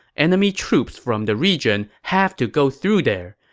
enemy troops from the region have to go through there.